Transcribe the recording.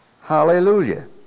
Hallelujah